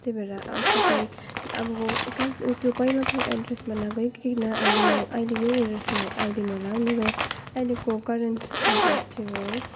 त्यही भएर अन्त तपाईँ अब काट्नु अब ऊ त्यो पहिलाको एड्रेसमा नगइकन अहिले म अहिले यही एड्रेसमा आइदिनु होला मेरो अहिलेको करेन्ट एड्रेस चाहिँ हो